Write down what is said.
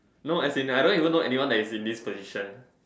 no as in I don't even know anyone who is in this position